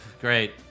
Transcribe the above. Great